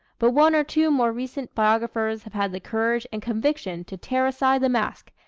but one or two more recent biographers have had the courage and conviction to tear aside the mask,